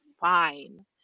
fine